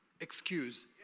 Excuse